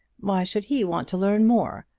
why should he want to learn more?